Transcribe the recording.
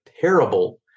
terrible